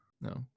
No